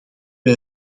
wij